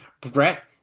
Brett